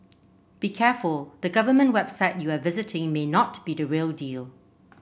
be careful the government website you are visiting may not be the real deal